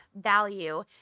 value